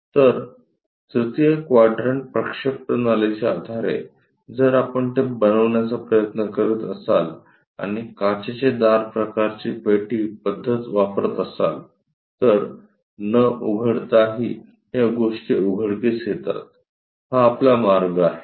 तर तृतीय क्वाड्रन्ट प्रक्षेप प्रणालीच्या आधारे जर आपण ते बनवण्याचा प्रयत्न करीत असाल आणि काचेचे दार प्रकारची पेटी पद्धत वापरत असाल तर न उघडता ही या गोष्टी उघडकीस येतात हा आपला मार्ग आहे